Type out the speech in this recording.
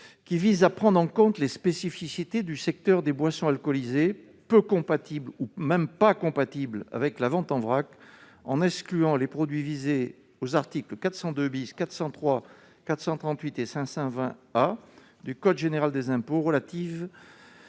vise à prendre en compte les spécificités du secteur des boissons alcoolisées, peu compatibles, voire pas compatibles du tout, avec la vente en vrac, en excluant les produits visés aux articles 402, 403, 438 et 520 A du code général des impôts relatifs